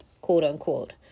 quote-unquote